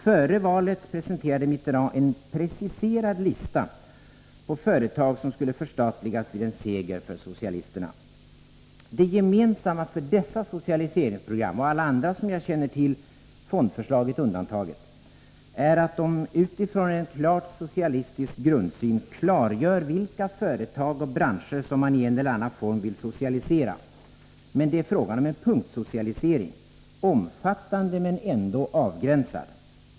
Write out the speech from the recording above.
Före valet presenterade Mitterrand en preciserad lista på företag som skulle förstatligas vid en seger för socialisterna. Det gemensamma för dessa socialiseringsprogram och alla som jag känner till, fondförslaget undantaget, är att de utifrån en klart socialistisk grundsyn klargör vilka företag och branscher som man i en eller annan form vill socialisera. Men det är fråga om en punktsocialisering, omfattande men ändå avgränsad.